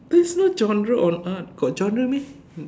there's no genre on art got genre meh